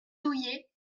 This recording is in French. douillet